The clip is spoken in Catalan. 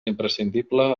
imprescindible